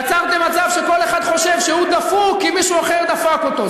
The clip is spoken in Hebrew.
יצרתם מצב שכל אחד חושב שהוא דפוק כי מישהו אחר דפק אותו.